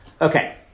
Okay